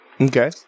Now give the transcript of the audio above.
okay